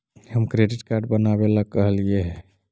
हम credit card बनावे ला कहलिऐ हे?